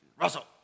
russell